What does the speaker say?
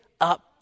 up